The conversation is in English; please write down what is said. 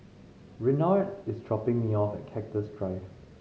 Renard is dropping me off at Cactus Drive